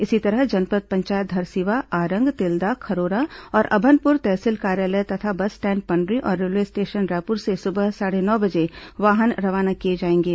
इसी तरह जनपद पंचायत धरसींवा आरंग तिल्दा खरोरा और अभनपुर तहसील कार्यालय तथा बस स्टैण्ड पंडरी और रेलवे स्टेशन रायपुर से सुबह साढ़े नौ बजे वाहन रवाना किए जाएंगे